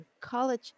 college